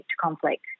conflict